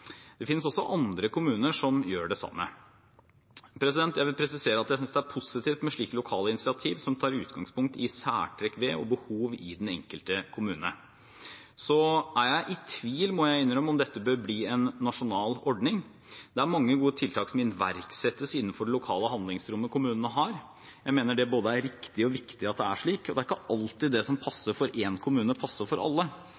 det finnes andre kommuner som gjør det samme. Jeg vil presisere at jeg synes det er positivt med slike lokale initiativ som tar utgangspunkt i særtrekk ved og behov i den enkelte kommune, men jeg er i tvil, må jeg innrømme, om dette bør bli en nasjonal ordning. Det er mange gode tiltak som iverksettes innenfor det lokale handlingsrommet kommunene har. Jeg mener det er både riktig og viktig at det er slik. Det er ikke alltid det som passer for én kommune, passer for alle.